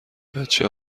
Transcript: بچه